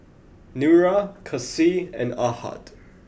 Nura Kasih and Ahad